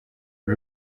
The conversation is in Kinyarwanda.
uru